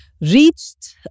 reached